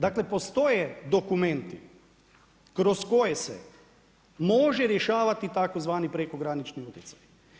Dakle, postoje dokumenti kroz koje se može rješavati tzv. prekogranični utjecaj.